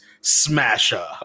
smasher